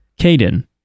Caden